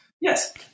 Yes